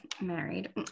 married